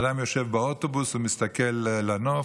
אדם יושב באוטובוס ומסתכל על הנוף,